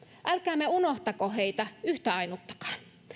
älkäämme unohtako heistä yhtä ainuttakaan